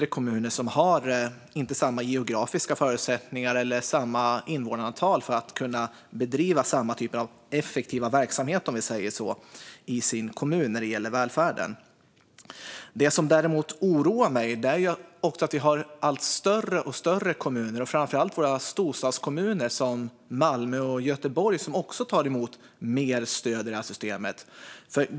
Det kan gälla kommuner som inte har samma geografiska förutsättningar eller invånarantal för att kunna bedriva en effektiv verksamhet i välfärden. Det som däremot oroar mig är att större och större kommuner, framför allt storstadskommuner som Malmö och Göteborg, tar emot mer stöd.